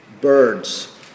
birds